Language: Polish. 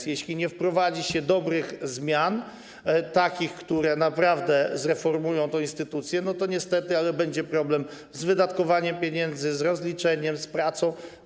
Jeśli nie wprowadzi się dobrych zmian, takich, które naprawdę zreformują tę instytucję, to niestety będzie problem z wydatkowaniem pieniędzy, z rozliczeniem, z pracą.